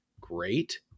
great